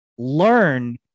Learn